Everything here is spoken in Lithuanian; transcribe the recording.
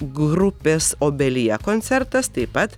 grupės obelija koncertas taip pat